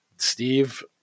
Steve